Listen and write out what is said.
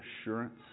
assurance